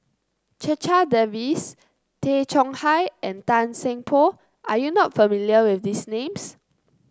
Checha Davies Tay Chong Hai and Tan Seng Poh are you not familiar with these names